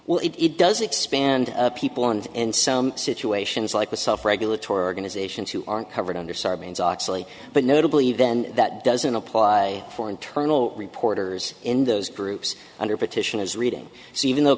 well it does expand people and in some situations like a self regulatory organizations who aren't covered under sarbanes oxley but notably then that doesn't apply for internal reporters in those groups under petition is reading so even though